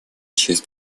честь